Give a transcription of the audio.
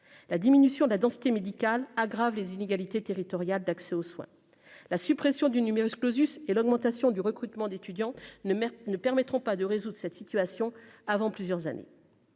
la diminution de la densité médicale aggrave les inégalités. Territoriales d'accès aux soins, la suppression du numerus clausus et l'augmentation du recrutement d'étudiants ne mère ne permettront pas de résoudre cette situation avant plusieurs années.